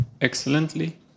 excellently